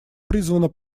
призвана